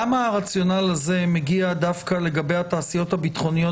למה הרציונל הזה מגיע דווקא לגבי התעשיות הביטחוניות